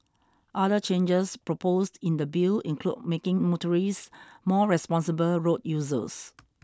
other changes proposed in the Bill include making motorists more responsible road users